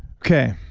okay.